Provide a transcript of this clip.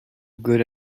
good